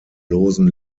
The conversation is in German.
losen